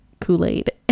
kool-aid